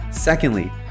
Secondly